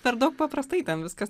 per daug paprastai ten viskas